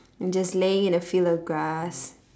just laying in a field of grass